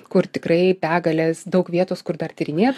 kur tikrai begalės daug vietos kur dar tyrinėt